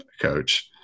coach